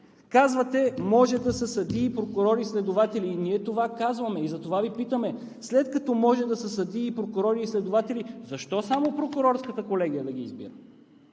казвате: може да са съдии, прокурори, следователи. Това казваме и ние! Затова Ви питаме: след като може да са съдии, прокурори и следователи, защо само прокурорската колегия да ги избира?